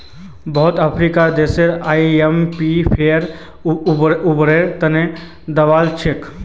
बहुत अफ्रीकी देश आईएमएफेर उधारेर त ल दबाल छ